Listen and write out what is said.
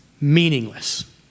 Meaningless